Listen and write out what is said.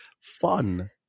fun